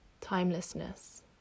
timelessness